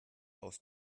aus